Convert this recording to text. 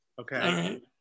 okay